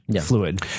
fluid